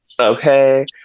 okay